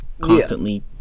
constantly